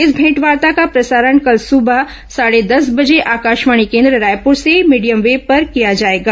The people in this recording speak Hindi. इस भेंटवार्ता का प्रसारण कल सुबह साढे दस बजे आकाशवाणी केन्द्र रायपुर से मीडियम वेव पर किया जाएगा